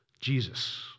Jesus